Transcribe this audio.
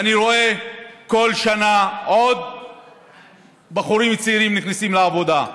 ואני רואה שבכל שנה עוד בחורים צעירים נכנסים לעבודה.